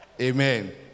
Amen